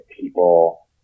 people